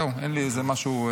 זהו, אין לי איזה משהו.